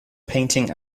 painting